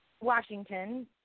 Washington